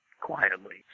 quietly